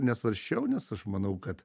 nesvarsčiau nes aš manau kad